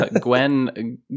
Gwen